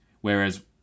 Whereas